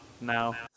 now